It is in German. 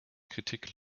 kritik